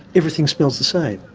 everything smells the same.